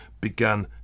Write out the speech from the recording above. began